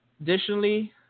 Additionally